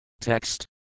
Text